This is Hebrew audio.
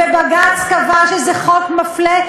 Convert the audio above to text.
ובג"ץ קבע שזה חוק מפלה,